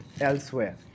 elsewhere